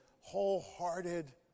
wholehearted